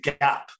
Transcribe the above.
gap